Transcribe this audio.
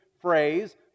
phrase